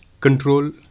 control